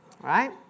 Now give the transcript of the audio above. Right